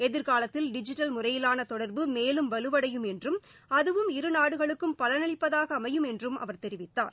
எதிர்காலத்தில் டிஜிட்டல் முறையிலான தொடர்பு மேலும் வலுவடையும் என்றும் அதுவும் இரு நாடுகளுக்கும் பலனளிப்பதாக அமையும் என்றும் அவர் தெரிவித்தார்